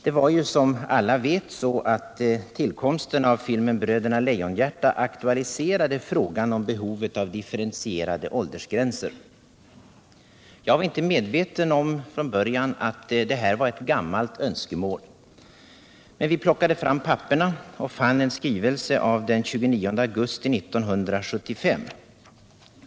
Det var ju som alla vet så att tillkomsten av filmen Bröderna Lejonhjärta aktualiserade frågan om behovet av differentierade åldersgränser. Jag var från början inte medveten om att detta var ett gammalt önskemål. När vi plockade fram papperen fann vi en skrivelse av den 29 augusti 1975.